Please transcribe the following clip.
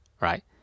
right